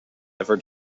ever